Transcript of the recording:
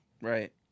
Right